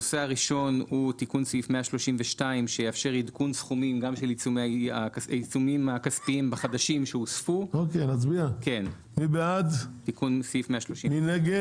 הצבעה על סעיף 10. מי בעד סעיף 10?